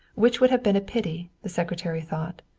which would have been a pity, the secretary thought.